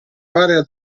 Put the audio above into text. varie